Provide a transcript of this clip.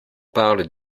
parle